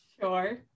sure